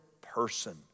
person